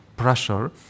pressure